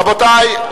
2012. רבותי,